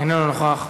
איננו נוכח,